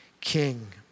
king